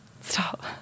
stop